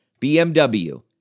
BMW